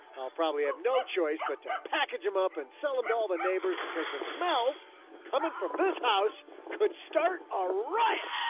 i'll probably have no choice but to package them up and sell them to all the neighbors because the smells coming from this house could start a riot.